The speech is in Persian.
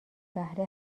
بهره